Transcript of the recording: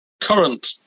current